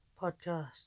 podcast